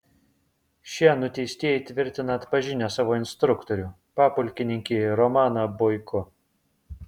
šie nuteistieji tvirtina atpažinę savo instruktorių papulkininkį romaną boiko